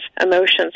emotions